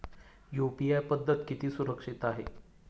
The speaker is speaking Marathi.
यु.पी.आय पद्धत किती सुरक्षित आहे?